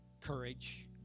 courage